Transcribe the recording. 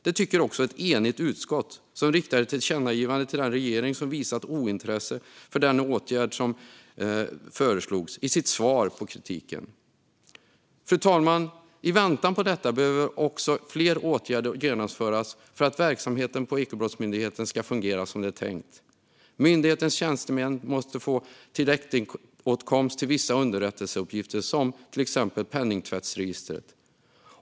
Det tycker också ett enigt utskott, som riktar ett tillkännagivande till den regering som i sitt svar på kritiken visat ointresse för den åtgärd som föreslagits. Fru talman! I väntan på detta behöver fler åtgärder genomföras för att verksamheten på Ekobrottsmyndigheten ska fungera som det är tänkt. Myndighetens tjänstemän måste få direktåtkomst till vissa underrättelseuppgifter, till exempel penningtvättsregistret.